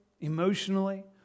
emotionally